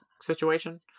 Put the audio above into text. situation